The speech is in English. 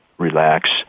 Relax